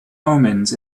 omens